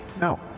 No